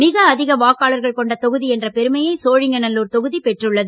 மிகஅதிக வாக்காளர்கள் கொண்ட தொகுதி என்ற பெருமையை சோழிங்கநல்லூர் தொகுதி பெற்றுள்ளது